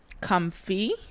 Comfy